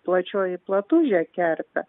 plačioji platužė kerpė